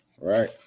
right